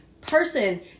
person